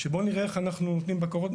שבואו נראה איך אנחנו נותנים בקרות,